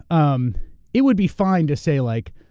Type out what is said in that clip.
um it would be fine to say like,